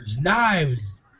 Knives